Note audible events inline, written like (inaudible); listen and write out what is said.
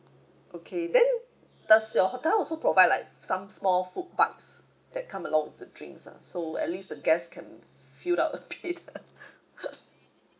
okay then does your hotel also provide like some small food bucks that come along with the drinks ah so at least the guest can fill up a bit (laughs)